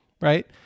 right